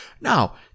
Now